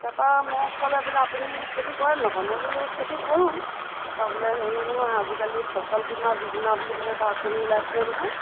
তাপা মোক ক'লে বোলে আপুনি খেতি কৰে নকৰে মই বোলো খেতি কৰোঁ তাপা বোলে হেৰি নহয় আজিকালি ফচল বীমা যোজনা বুলি পেলাই এটা আঁচনি ওলাইছিলে নহয়